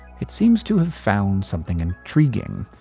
it seems to have found something intriguing.